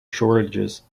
shortages